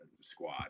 squad